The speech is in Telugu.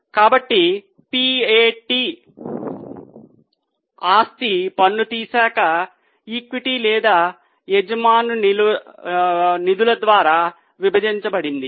కాబట్టి PAT ఆస్తి పన్ను తీశాక ఈక్విటీ లేదా యజమానుల నిధుల ద్వారా విభజించబడింది